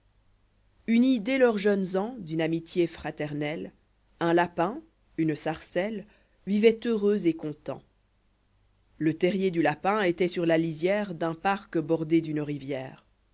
unis dès leurs jeunes ans d'une amitié fraternelle un lapin une sarcelle vivoient heureux et contents la teîrier du lapin étoit sur la lisière d'un parc bordé d'une rivière